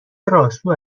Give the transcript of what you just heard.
راسو